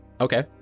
okay